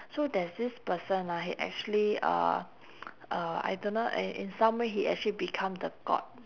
so there's this person ah he actually uh uh I don't know in in some way he actually become the god